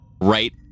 right